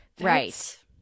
Right